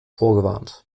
vorgewarnt